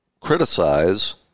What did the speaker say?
criticize